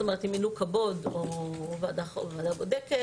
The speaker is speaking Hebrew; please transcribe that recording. זאת אומרת אם מינו קבו"ד או ועדה בודקת.